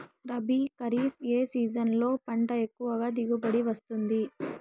రబీ, ఖరీఫ్ ఏ సీజన్లలో పంట ఎక్కువగా దిగుబడి వస్తుంది